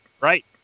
Right